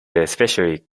especially